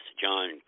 John